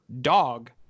dog